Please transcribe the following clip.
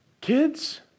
Kids